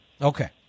Okay